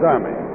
Army